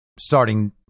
starting